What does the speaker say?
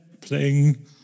playing